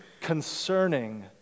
concerning